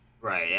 Right